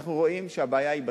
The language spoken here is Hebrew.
אנחנו רואים שהבעיה היא בתחרות,